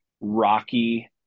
Rocky